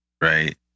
Right